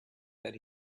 that